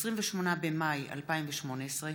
28 במאי 2018,